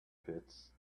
pits